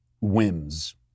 whims